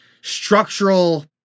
structural